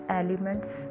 elements